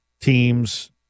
teams